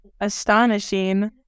astonishing